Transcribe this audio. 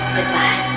Goodbye